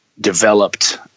developed